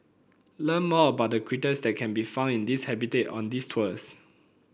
learn more about the critters that can be found in this habitat on these tours